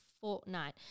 fortnight